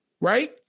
right